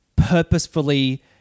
purposefully